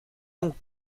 donc